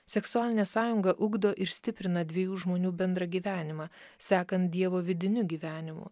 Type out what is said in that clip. seksualinė sąjunga ugdo ir stiprina dviejų žmonių bendrą gyvenimą sekant dievo vidiniu gyvenimu